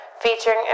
featuring